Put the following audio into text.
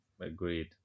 agreed